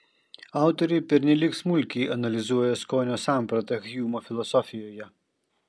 autoriai pernelyg smulkiai analizuoja skonio sampratą hjumo filosofijoje